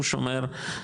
הוא שומר,